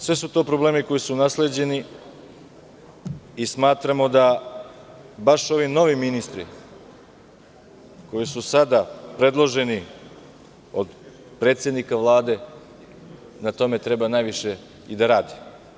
Sve su to problemi koji su nasleđeni i smatramo da baš ovi novi ministri, koji su sada predloženi od predsednika Vlade, na tome treba najviše i da rade.